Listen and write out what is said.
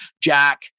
Jack